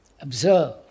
observe